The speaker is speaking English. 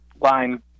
line